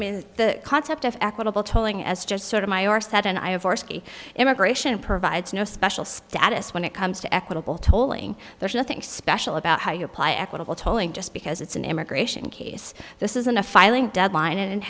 mean the concept of equitable tolling as just sort of my are set and i have or ski immigration provides no special status when it comes to equitable tolling there's nothing special about how you apply equitable tolling just because it's an immigration case this isn't a filing deadline